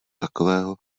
takového